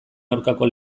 aurkako